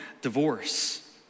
divorce